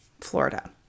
florida